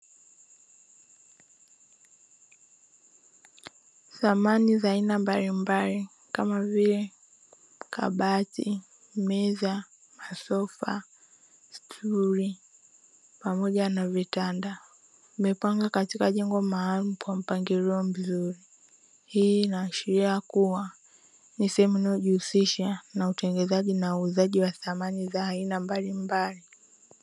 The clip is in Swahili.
Samani za aina mbalimbali kama vile kabati, meza, masofa, stuli pamoja na vitanda vimepangwa katika jengo maalumu kwa mpangilio mzuri. Hii inaashiria kuwa ni sehemu inayojihisisha na utengenezaji na uuzaji wa samani za aina mbalimbali.